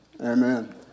Amen